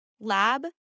lab